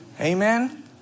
Amen